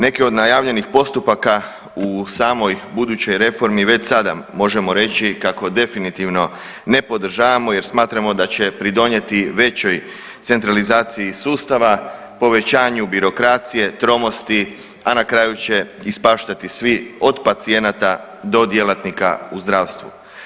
Neki od najavljenih postupaka u samoj budućoj reformi već sada možemo reći kako definitivno ne podržavamo jer smatramo da će pridonijeti većoj centralizaciji sustava, povećanju birokracije, tromosti, a na kraju će ispaštati svi od pacijenata do djelatnika u zdravstvu.